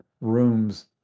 rooms